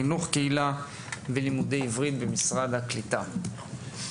חינוך קהילה ולימודי עברית במשרד הקליטה.